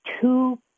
two